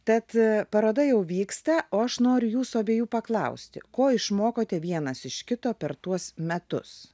tad paroda jau vyksta o aš noriu jūsų abiejų paklausti ko išmokote vienas iš kito per tuos metus